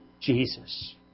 Jesus